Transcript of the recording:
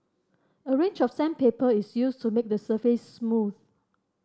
a range of sandpaper is used to make the surface smooth